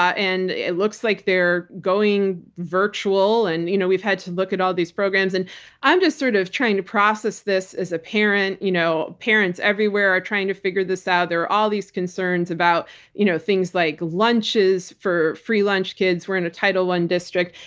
ah and it looks like they're going virtual. and you know we've had to look at all of these programs. and i'm just sort of trying to process this as a parent. you know parents everywhere are trying to figure this out. there are all these concerns about you know things like lunches for free lunch kids. we're in a title one district.